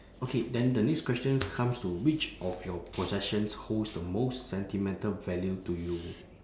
okay then the next question comes to which of your possessions holds the most sentimental value to you